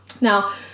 Now